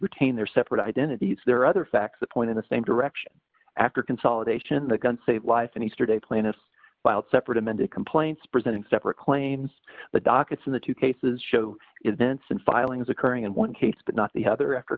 retain their separate identities there are other facts that point in the same direction after consolidation the gun save lives and easter day plaintiffs filed separate amended complaints presenting separate claims the dockets in the two cases show events and filings occurring in one case but not the other after